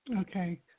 Okay